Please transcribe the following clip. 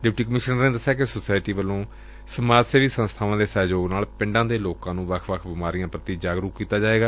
deputy commission ਨੇ ਦਸਿਆ ਕਿ ਸੁਸਾਇਟੀ ਵੱਲੋਂ ਸਮਾਜ ਸੇਵੀ ਸੰਸਬਾਵਾਂ ਦੇ ਸਹਿਯੋਗ ਨਾਲ ਪਿੰਡਾਂ ਦੇ ਲੋਕਾਂ ਨੂੰ ਵੱਖ ਵੱਖ ਬੀਮਾਰੀਆਂ ਪ੍ਰਤੀ ਜਾਗਰੁਕ ਕੀਤਾ ਜਾਏਗਾ